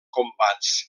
combats